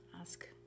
ask